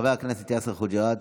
חבר הכנסת יאסר חוג'יראת,